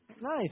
Nice